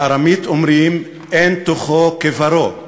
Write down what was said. בארמית אומרים "אין תוכו כברו".